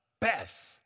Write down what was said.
best